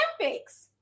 Olympics